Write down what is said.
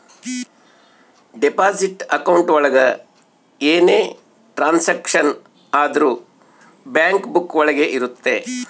deposit account ಒಳಗ ಏನೇ transaction ಆದ್ರೂ ಬ್ಯಾಂಕ್ ಬುಕ್ಕ ಒಳಗ ಇರುತ್ತೆ